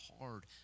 hard